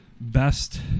best